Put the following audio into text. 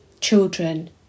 children